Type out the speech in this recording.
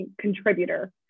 contributor